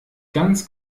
ganz